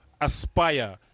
aspire